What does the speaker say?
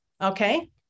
okay